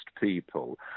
people